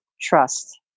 trust